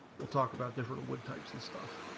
will talk about different when types and staff